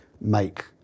make